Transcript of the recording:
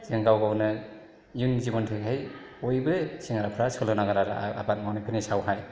जों गाव गावनो इयुन जिबनथिंहाय बयबो सेंग्राफोरा सोलोंनांगोन आरो आबाद मावनायफोरनि सायावहाय